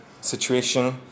situation